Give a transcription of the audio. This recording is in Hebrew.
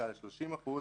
מ-25% ל-30%?